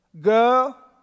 Girl